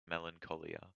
melancholia